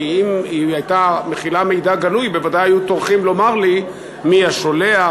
כי אם היא הייתה מכילה מידע גלוי בוודאי היו טורחים לומר לי מי השולח,